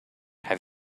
have